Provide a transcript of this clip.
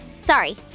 Sorry